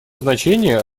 значение